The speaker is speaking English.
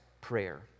prayer